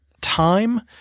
time